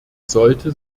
sollte